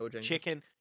chicken